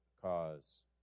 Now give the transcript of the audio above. cause